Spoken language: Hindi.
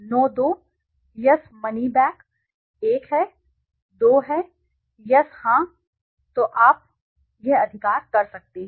no 2 yes money money back 1 है न 2 है यस हां तो आप यह अधिकार कर सकते हैं